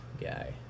guy